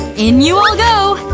in you all go!